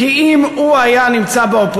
כי אם הוא היה באופוזיציה